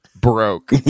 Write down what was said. broke